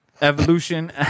Evolution